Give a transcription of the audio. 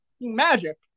magic